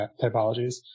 typologies